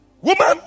Woman